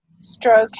stroke